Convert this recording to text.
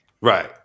Right